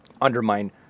undermine